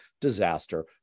disaster